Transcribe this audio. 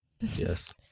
Yes